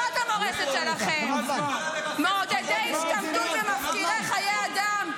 זאת המורשת שלכם, מעודדי השתמטות ומפקירי חיי אדם.